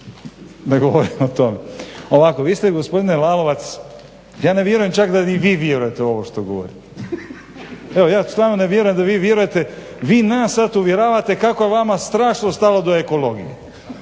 Ne govorim o tome. Ovako, vi ste gospodine Lalovac ja ne vjerujem čak da ni vi ne vjerujete u ovo što govorite. Evo ja stvarno ne vjerujem da vi vjerujte, vi nas sada uvjeravate kako je vama strašno stalo do ekologije.